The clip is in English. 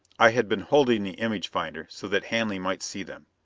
i had been holding the image finder so that hanley might see them.